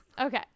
Okay